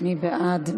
מי בעד?